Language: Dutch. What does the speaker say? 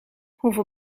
hoeveel